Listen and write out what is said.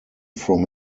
from